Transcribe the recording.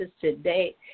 today